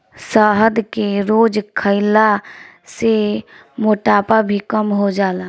शहद के रोज खइला से मोटापा भी कम हो जाला